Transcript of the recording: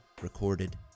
recorded